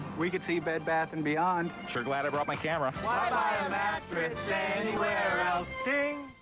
we can see bed bath and beyond. sure glad i brought my camera. why buy a mattress anywhere else? ding!